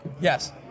Yes